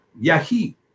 yahi